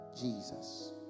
Jesus